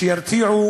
ירתיעו